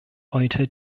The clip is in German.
heute